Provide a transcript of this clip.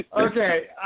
Okay